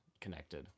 connected